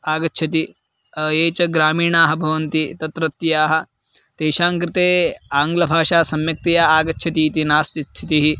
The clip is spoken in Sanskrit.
आगच्छति ये च ग्रामीणाः भवन्ति तत्रत्याः तेषां कृते आङ्ग्लभाषा सम्यक्तया आगच्छति इति नास्ति स्थितिः